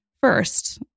first